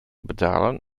betalen